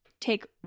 take